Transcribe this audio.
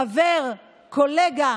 חבר, קולגה